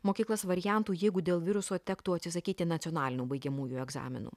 mokyklas variantų jeigu dėl viruso tektų atsisakyti nacionalinių baigiamųjų egzaminų